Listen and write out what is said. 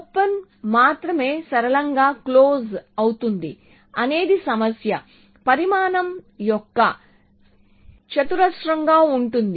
open మాత్రమే సరళంగా close అవుతోంది అనేది సమస్య పరిమాణం యొక్క చతురస్రంగా ఉంటుంది